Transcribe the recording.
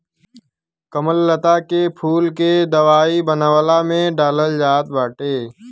कमललता के फूल के दवाई बनवला में डालल जात बाटे